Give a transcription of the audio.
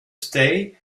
stay